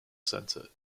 centre